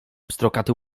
pstrokaty